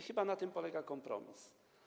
Chyba na tym polega kompromis.